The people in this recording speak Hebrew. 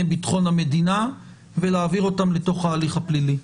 ביטחון המדינה ולהעביר אותן לתוך ההליך הפלילי.